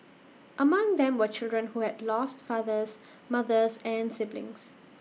among them were children who had lost fathers mothers and siblings